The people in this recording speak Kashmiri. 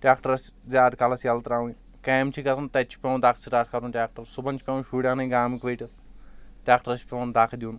ٹریٚکٹرس زیادٕ کالس یلہٕ تراوٕنۍ کامہِ چھِ گژھان تتہِ چھِ پٮ۪وان دکہٕ سٹارٹ کرُن ٹریٚکٹر صبحن چھٕ پٮ۪وان شُرۍ انٕنۍ گامٕکۍ ؤٹتھ ٹریٚکٹرس چھُ پٮ۪وان دکہٕ دِیُن